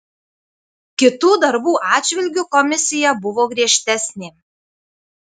kitų darbų atžvilgiu komisija buvo griežtesnė